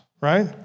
right